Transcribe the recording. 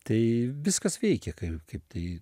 tai viskas veikia kaip kaip tai